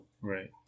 Right